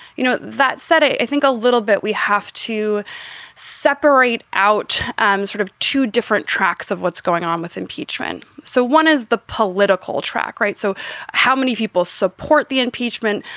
you know, that said it, i think a little bit we have to separate out um sort of two different tracks of what's going on with impeachment. so one is the political track, right? so how many people support the impeachment?